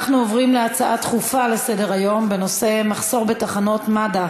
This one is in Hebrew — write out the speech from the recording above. נעבור להצעה דחופה לסדר-היום בנושא: מחסור בתחנות מד"א